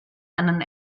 einen